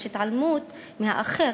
יש התעלמות מהאחר,